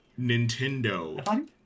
Nintendo